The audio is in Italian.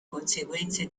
conseguenze